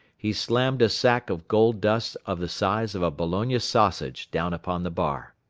he slammed a sack of gold dust of the size of a bologna sausage down upon the bar.